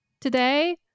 today